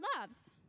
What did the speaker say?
loves